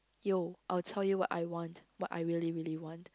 yo I tell you what I want what I really really want